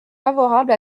favorable